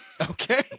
Okay